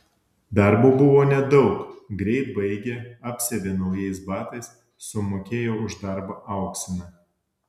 darbo buvo nedaug greit baigė apsiavė naujais batais sumokėjo už darbą auksiną